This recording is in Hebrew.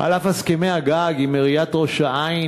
על אף הסכמי הגג עם עיריית ראש-העין,